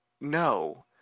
no